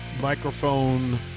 Microphone